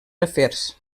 afers